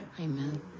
Amen